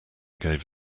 gave